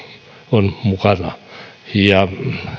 on mukana ja